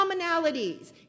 commonalities